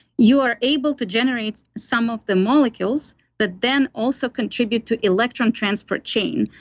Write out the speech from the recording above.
you are able to generate some of the molecules that then also contribute to electron transport chain.